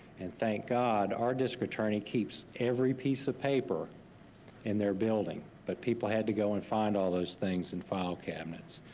and thank god our district attorney keeps every piece of paper in their building. but people had to go and find all those things in file cabinets.